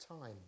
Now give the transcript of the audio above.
time